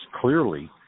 clearly